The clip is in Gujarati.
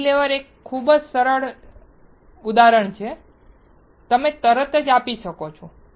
કેન્ટિલીવર એક ખૂબ જ સરળ ઉદાહરણ છે તમે તરત જ આપી શકો છો